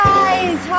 eyes